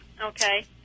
Okay